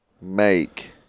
make